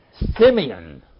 Simeon